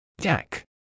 Jack